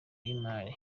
y’imari